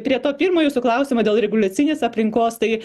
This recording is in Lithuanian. prie to pirmo jūsų klausimo dėl reguliacinės aplinkos tai